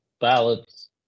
ballots